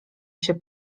się